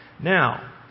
Now